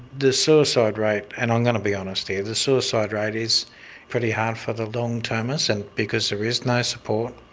the suicide rate, and i'm going to be honest here, the suicide rate is pretty hard for the long termers and because there is no support.